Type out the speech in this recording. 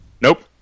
Nope